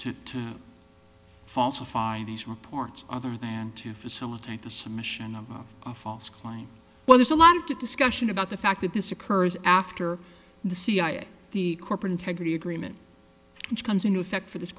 be to falsify these reports other than to facilitate the submission of a false claim well there's a lot of discussion about the fact that this occurs after the cia the corporate integrity agreement comes into effect for this